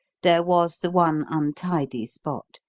there was the one untidy spot,